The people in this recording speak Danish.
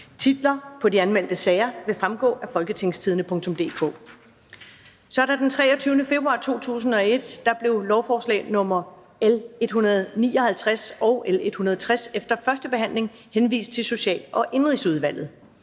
Titlerne på de anmeldte sager vil fremgå af www.folketingstidende.dk (jf. ovenfor). Den 23. februar 2021 blev lovforslag nr. L 159 og 160 efter 1. behandling henvist til Social- og Indenrigsudvalget.